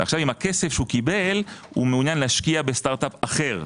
ועכשיו עם הכסף שקיבל הוא מעוניין להשקיע בסטארט אפ אחר,